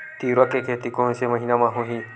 तीवरा के खेती कोन से महिना म होही?